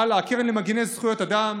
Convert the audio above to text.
הלאה, הקרן למגיני זכויות אדם,